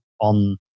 on